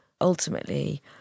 Ultimately